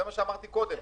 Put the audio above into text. זה מה שאמרתי קודם.